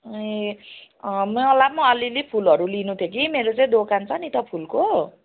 ए मलाई पनि अलिलि फुलहरू लिनु थियो कि मेरो चाहिँ दोकान छ नि त फुलको